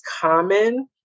common